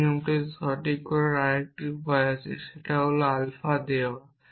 এই নিয়মটিকে সঠিক করার আরেকটি উপায় আছে সেটা হল আলফা দেওয়া